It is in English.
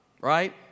right